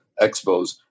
Expos